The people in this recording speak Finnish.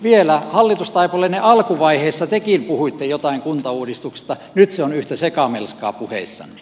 vielä hallitustaipaleenne alkuvaiheessa tekin puhuitte jotain kuntauudistuksesta nyt se on yhtä sekamelskaa puheissanne